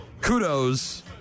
kudos